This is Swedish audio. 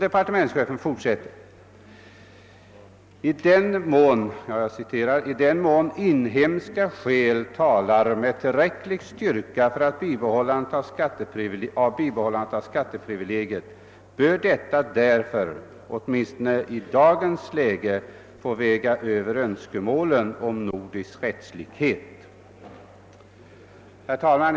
Departementschefen fortsätter: »I den mån inhemska skäl talar med tillräcklig styrka för ett bibehållande av skatteprivilegiet, bör detta därför — åtminstone i dagens läge — få väga över önskemålen om nordisk rättslikhet.« Herr talman!